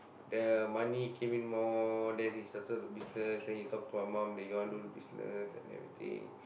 the money came in more then he started the business then he talk to my mum they gonna do the business and everything